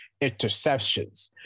interceptions